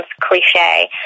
cliche